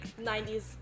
90s